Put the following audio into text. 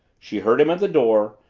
she heard him at the door,